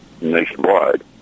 nationwide